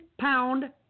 pound